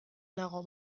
nago